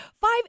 Five